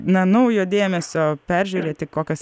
na naujo dėmesio peržiūrėti kokios